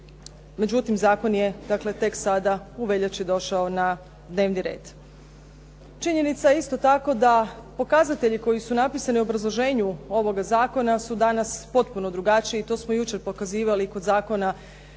Međutim, zakon je dakle tek sada u veljači došao na dnevni red. Činjenica je isto tako da pokazatelji koji su napisani u obrazloženju ovoga zakona su danas potpuno drugačiji. To smo i jučer pokazivali kod Zakona